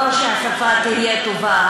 לא שהשפה תהיה טובה.